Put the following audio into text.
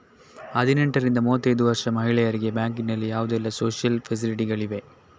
ಹದಿನೆಂಟರಿಂದ ಮೂವತ್ತೈದು ವರ್ಷ ಮಹಿಳೆಯರಿಗೆ ಬ್ಯಾಂಕಿನಲ್ಲಿ ಯಾವುದೆಲ್ಲ ಸೋಶಿಯಲ್ ಫೆಸಿಲಿಟಿ ಗಳಿವೆ?